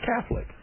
Catholic